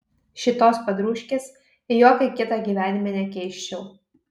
šitos padrūškės į jokią kitą gyvenime nekeisčiau